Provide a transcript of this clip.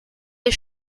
les